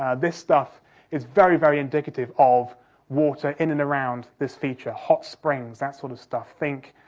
ah this stuff is very, very indicative of water in and around this feature, hot springs, that sort of stuff, think,